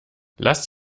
lasst